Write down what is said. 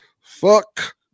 fuck